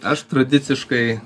aš tradiciškai